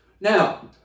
Now